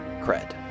Cred